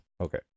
Okay